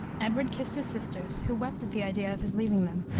edward kissed his sisters, who wept at the idea of his leaving them,